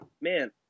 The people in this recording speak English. man